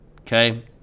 Okay